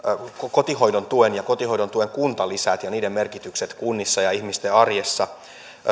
kotihoidon tuen ja kotihoidon tuen kuntalisät ja niiden merkitykset kunnissa ja ihmisten arjessa